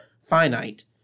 finite